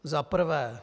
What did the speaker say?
Za prvé.